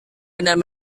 benar